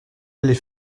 les